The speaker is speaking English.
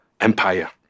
empire